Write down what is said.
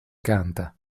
canta